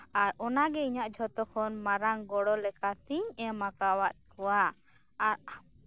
ᱟᱨ ᱚᱱᱟᱜᱮ ᱤᱧᱟᱜ ᱡᱚᱛᱚᱠᱷᱚᱱ ᱢᱟᱨᱟᱝ ᱜᱚᱲᱚ ᱞᱮᱠᱟᱛᱮᱧ ᱮᱢᱟᱠᱟᱣᱟᱫ ᱠᱚᱣᱟ ᱟᱨ